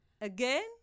Again